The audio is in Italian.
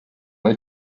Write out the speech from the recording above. nel